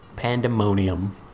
pandemonium